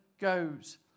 goes